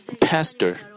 pastor